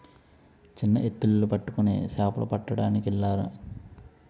చిన్న ఎత్తిళ్లు పట్టుకొని సేపలు పట్టడానికెళ్ళినారు